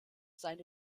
seine